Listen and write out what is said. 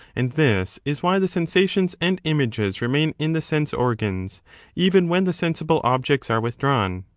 and this is why the sensations and images remain in the sense-organs even when the sensible objects are withdrawn.